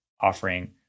offering